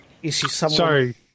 Sorry